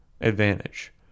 advantage